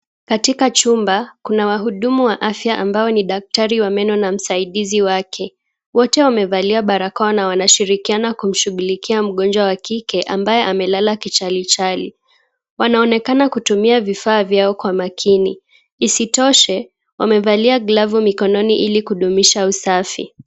Katika chumba, kuna wahudumu wa afya ambao ni daktari wa meno na msaidizii wake. Wote wamevalia barakoa na wanasaidiana kumshughulikia mgonjwa wa kike, ambaye amelala kichalichali. Wanaonekana kutumia vifaa vyao kwa makini. Isitoshe, wamevalia glavu mikononi ili kudumisha usafi.